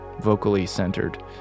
vocally-centered